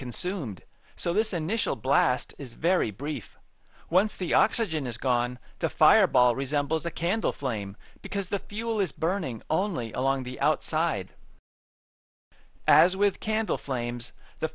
consumed so this initial blast is very brief once the oxygen is gone the fireball resembles a candle flame because the fuel is burning only along the outside as with candle flames the